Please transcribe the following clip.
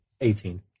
Eighteen